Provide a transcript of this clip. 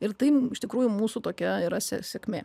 ir tai iš tikrųjų mūsų tokia yra sėkmė